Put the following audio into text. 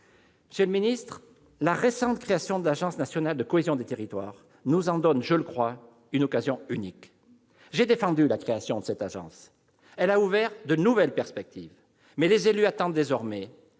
politique de l'État. La récente création de l'agence nationale de la cohésion des territoires nous en donne, je le crois, une occasion unique. J'ai défendu la création de cette agence. Elle a ouvert de nouvelles perspectives, mais les élus attendent désormais